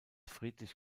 friedrich